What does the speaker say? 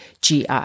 GI